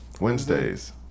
Wednesdays